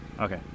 Okay